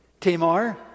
Tamar